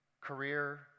career